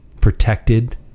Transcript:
protected